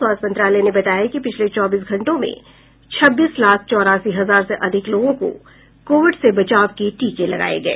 स्वास्थ्य मंत्रालय ने बताया है कि पिछले चौबीस घंटों में छब्बीस लाख चौरासी हजार से अधिक लोगों को कोविड से बचाव के टीके लगाए गए